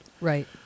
Right